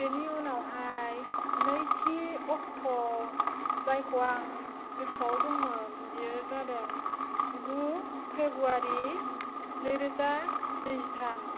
बेनि उनावहाय नैथि अक्ट' जायखौ आं गोसोआव दंमोन बेयो जादों गु फेब्रुवारि नैरोजा नैजिथाम